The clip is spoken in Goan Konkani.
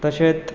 तशेंच